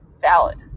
valid